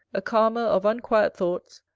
a calmer of unquiet thoughts,